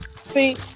see